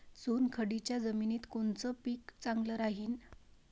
चुनखडीच्या जमिनीत कोनचं पीक चांगलं राहीन?